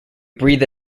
breathe